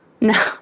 No